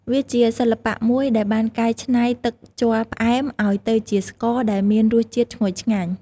វាជាសិល្បៈមួយដែលបានកែច្នៃទឹកជ័រផ្អែមឲ្យទៅជាស្ករដ៏មានរសជាតិឈ្ងុយឆ្ងាញ់។